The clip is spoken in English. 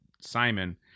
simon